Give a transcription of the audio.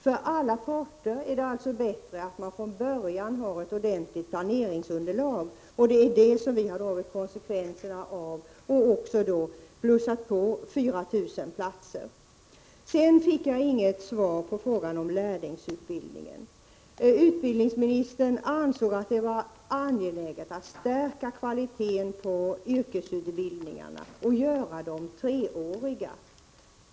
För alla parter är det alltså bättre att man från början har ett ordentligt planeringsunderlag. Det har vi alltså tagit konsekvenserna av och plussat på med 4 000 platser. Jag fick inget svar på min fråga om lärlingsutbildningen. Utbildningsministern anser att det är angeläget att stärka kvaliteten på yrkesutbildningarna och göra dessa treåriga.